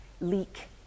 leak